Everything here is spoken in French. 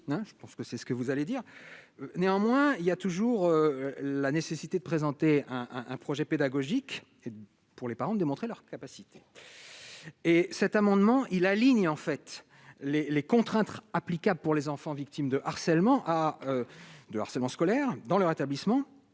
je pense que c'est ce que vous allez dire, néanmoins il y a toujours la nécessité de présenter un un projet pédagogique pour les parents de montrer leur capacité et cet amendement, il la ligne en fait les les contraintes applicables pour les enfants victimes de harcèlement à de harcèlement scolaire dans leur établissement